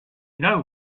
know